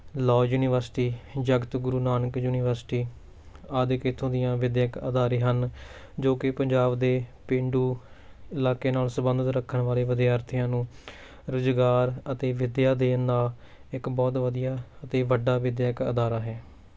low university Jagat Guru Nanak university ਆਦਿਕ ਇੱਥੋਂ ਦੀਆਂ ਵਿੱਦਿਅਕ ਅਦਾਰੇ ਹਨ ਜੋ ਕਿ ਪੰਜਾਬ ਦੇ ਪੇਂਡੂ ਇਲਾਕੇ ਨਾਲ ਸੰਬੰਧਿਤ ਰੱਖਣ ਵਾਲੇ ਵਿਦਿਆਰਥੀਆਂ ਨੂੰ ਰੁਜ਼ਗਾਰ ਅਤੇ ਵਿੱਦਿਆ ਦੇ ਨਾਂ ਇੱਕ ਬਹੁਤ ਵਧੀਆ ਅਤੇ ਵੱਡਾ ਵਿੱਦਿਅਕ ਅਦਾਰਾ ਹੈ